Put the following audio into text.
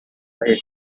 head